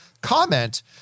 comment